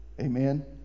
Amen